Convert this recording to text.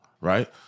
right